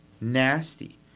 nasty